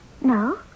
No